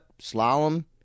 slalom